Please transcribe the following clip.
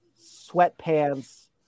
sweatpants